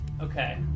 Okay